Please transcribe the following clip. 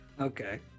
Okay